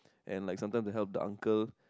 and like sometimes to help the uncle